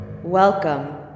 Welcome